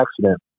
accident